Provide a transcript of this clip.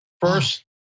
First